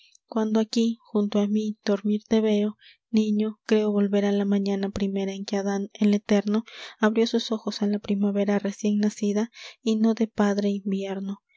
cuando aquí junto a mí dormir fe veo niño creo volver a la mañana primera en que adán el eterno abrió sus ojos a la primavera recién nacida y no de padre invierno